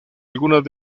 algunas